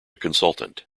consultant